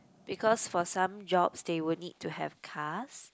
because for some jobs they would need to have cars